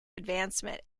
advancement